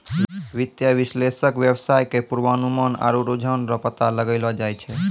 वित्तीय विश्लेषक वेवसाय के पूर्वानुमान आरु रुझान रो पता लगैलो जाय छै